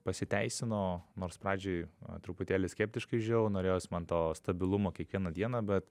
pasiteisino nors pradžioj truputėlį skeptiškai žiūrėjau norėjos man to stabilumo kiekvieną dieną bet